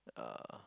uh